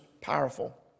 powerful